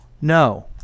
No